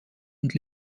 und